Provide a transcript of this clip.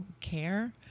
care